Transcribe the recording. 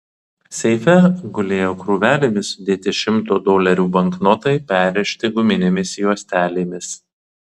seife gulėjo krūvelėmis sudėti šimto dolerių banknotai perrišti guminėmis juostelėmis